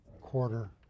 quarter